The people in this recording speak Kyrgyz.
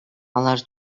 алар